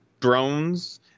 drones